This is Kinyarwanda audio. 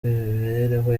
imibereho